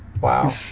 Wow